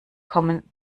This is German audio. kommen